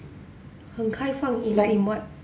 like